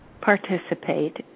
participate